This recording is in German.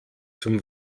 zum